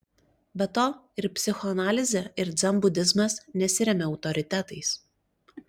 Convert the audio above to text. be to ir psichoanalizė ir dzenbudizmas nesiremia autoritetais